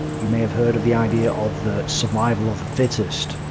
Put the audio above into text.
you may have heard of the idea of the survival of the fittest.